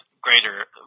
greater